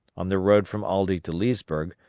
on the road from aldie to leesburg,